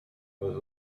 was